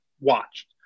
watched